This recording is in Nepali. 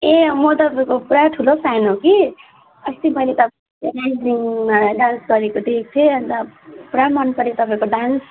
ए अँ म तपाईँको पुरा ठुलो फ्यान हो कि अस्ति मैले तपाईँ डान्स गरेको देखेँ अन्त पुरा मनपर्यो तपाईँको डान्स